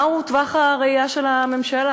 מהו טווח הראייה של הממשלה?